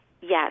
Yes